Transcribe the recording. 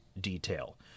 detail